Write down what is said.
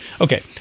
Okay